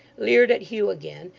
leered at hugh again,